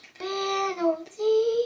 penalty